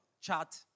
chat